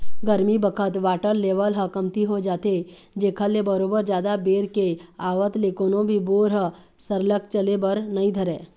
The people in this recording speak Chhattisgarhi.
गरमी बखत वाटर लेवल ह कमती हो जाथे जेखर ले बरोबर जादा बेर के आवत ले कोनो भी बोर ह सरलग चले बर नइ धरय